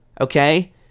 okay